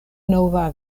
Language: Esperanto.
nova